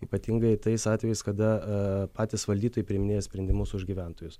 ypatingai tais atvejais kada patys valdytojai priiminėja sprendimus už gyventojus